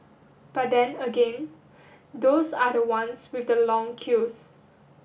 but then again those are the ones with the long queues